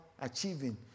achieving